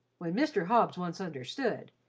when mr. hobbs once understood,